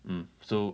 mm so